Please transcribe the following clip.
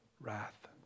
wrath